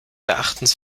erachtens